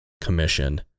commission